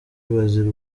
bazira